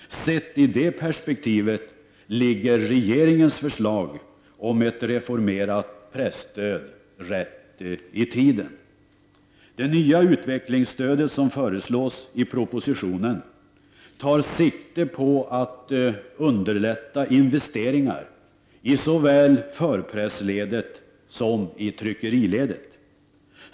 Sett i det perspektivet ligger regeringens förslag om ett reformerat presstöd rätt i tiden. Det nya utvecklingsstödet som föreslås i propositionen tar sikte på att underlätta investeringar i såväl förpressledet som i tryckeriledet.